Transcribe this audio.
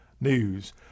news